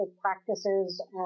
practices